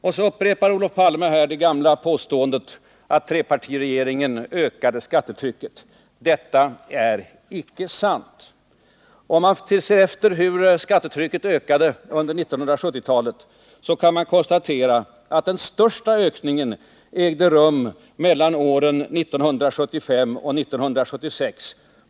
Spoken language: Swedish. Och så upprepar Olof Palme det gamla påståendet att trepartiregeringen ökade skattetrycket. Detta är icke sant! Om man ser efter hur skattetrycket ökade under 1970-talet, kan man konstatera att den största ökningen ägde rum mellan åren 1975 och 1976.